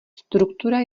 struktura